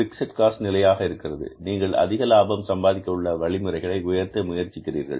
fixed cost நிலையாக இருக்கிறது நீங்கள் அதிக லாபம் சம்பாதிக்க உள்ள வழிமுறைகளை உயர்த்த முயற்சிக்கிறீர்கள்